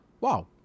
wow